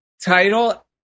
title